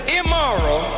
immoral